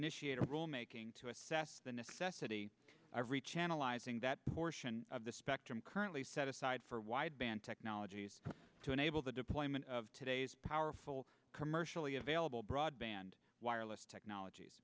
initiate a rule making to assess the necessity to rechannel izing that portion of the spectrum currently set aside for wideband technologies to enable the deployment of today's powerful commercially available broadband wireless technologies